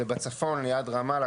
זה בצפון ליד רמאללה,